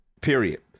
Period